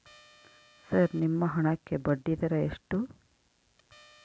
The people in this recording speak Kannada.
ಸರ್ ನಿಮ್ಮ ಹಣಕ್ಕೆ ಬಡ್ಡಿದರ ಎಷ್ಟು?